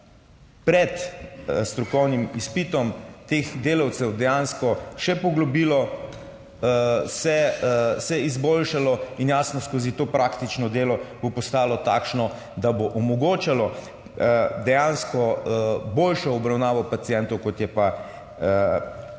pred strokovnim izpitom teh delavcev dejansko še poglobilo, se izboljšalo. In jasno, skozi to praktično delo bo postalo takšno, da bo omogočalo dejansko boljšo obravnavo pacientov, kot je pa po